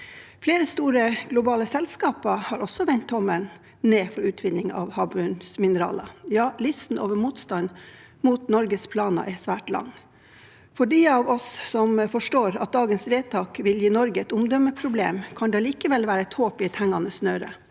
Flere store globale selskaper har også vendt tommelen ned for utvinning av havbunnsmineraler. Ja, listen over motstandere av Norges planer er svært lang. For dem av oss som forstår at dagens vedtak vil gi Norge et omdømmeproblem, kan det likevel være håp i hengende snøre.